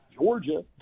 Georgia